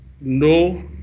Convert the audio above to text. no